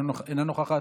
אינה נוכחת,